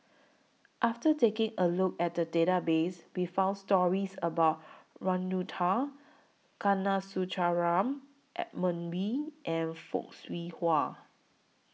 after taking A Look At The Database We found stories about Ragunathar Kanagasuntheram Edmund Wee and Fock Siew Wah